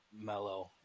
mellow